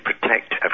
protect